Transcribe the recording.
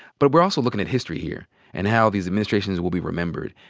but we're also looking at history here and how these administrations will be remembered.